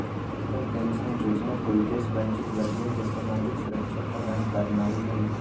Atal pension जोजना के उद्देश्य वंचित वर्गों के सामाजिक सुरक्षा प्रदान करनाइ हइ